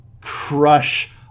crush